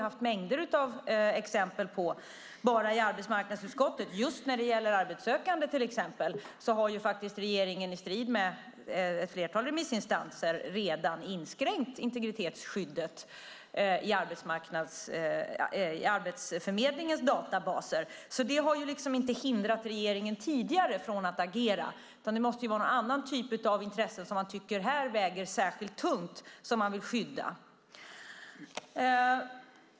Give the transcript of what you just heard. Enbart i arbetsmarknadsutskottet har vi haft mängder av exempel med arbetssökande där regeringen i strid med ett flertal remissinstanser redan inskränkt integritetsskyddet i Arbetsförmedlingens databaser. Det har tidigare inte hindrat regeringen från att agera, utan det måste vara någon annan typ av intressen som man här tycker väger särskilt tungt och som man vill skydda.